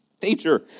teacher